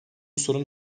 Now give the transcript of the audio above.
sorun